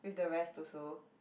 with the rest also